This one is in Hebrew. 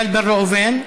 איל בן ראובן.